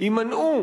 יימנעו